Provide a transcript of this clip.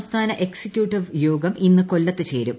സംസ്ഥാന എക്സിക്യൂട്ടീവ് യോഗം ഇന്ന് കൊല്ലത്ത് ചേരും